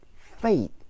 faith